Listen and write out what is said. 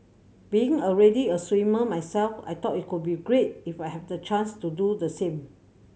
being already a swimmer myself I thought it could be great if I have the chance to do the same